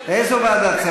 איזו ועדת כספים?